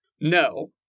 No